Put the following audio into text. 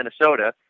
Minnesota